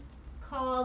err